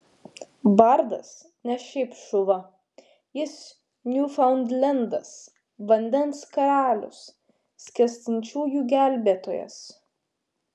bardas ne šiaip šuva jis niūfaundlendas vandens karalius skęstančiųjų gelbėtojas